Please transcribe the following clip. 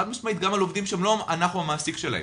גם על עובדים שאנחנו לא המעסיק שלהם.